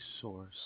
source